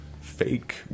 fake